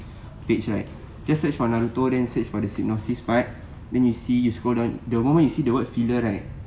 page right just search for naruto then search for the synopsis part and then you see you scroll down the moment you see the words filler right